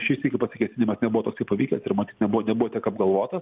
šį sykį pasikėsinimas nebuvo toksai pavykę ir matyt nebuvo nebuvo tiek apgalvotas